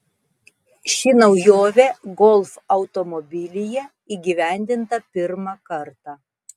ši naujovė golf automobilyje įgyvendinta pirmą kartą